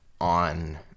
on